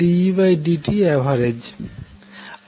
এখন hAnn 1dEdtave